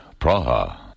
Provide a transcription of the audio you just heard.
Praha